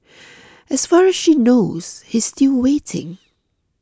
as far as she knows he's still waiting